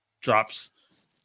drops